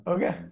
Okay